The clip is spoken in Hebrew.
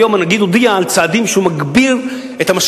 היום הנגיד הודיע על צעדים שהוא מגביר במשכנתה,